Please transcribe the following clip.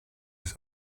his